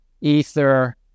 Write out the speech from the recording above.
Ether